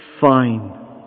fine